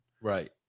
Right